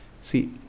See